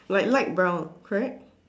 like light brown correct